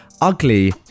ugly